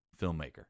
filmmaker